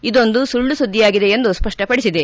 ಇದೊಂದು ಸುಳ್ಳುಸುದ್ದಿಯಾಗಿದೆ ಎಂದು ಸ್ಪಷ್ಟ ಪಡಿಸಿದೆ